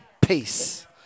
peace